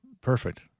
Perfect